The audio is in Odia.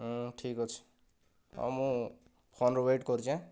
ହଁ ଠିକ ଅଛି ହଁ ମୁଁ ଫୋନର ୱେଟ କରିଛି ଆଁ